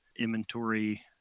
inventory